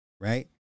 right